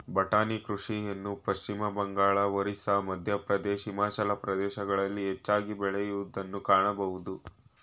ಬಟಾಣಿ ಕೃಷಿಯನ್ನು ಪಶ್ಚಿಮಬಂಗಾಳ, ಒರಿಸ್ಸಾ, ಮಧ್ಯಪ್ರದೇಶ್, ಹಿಮಾಚಲ ಪ್ರದೇಶಗಳಲ್ಲಿ ಹೆಚ್ಚಾಗಿ ಬೆಳೆಯೂದನ್ನು ಕಾಣಬೋದು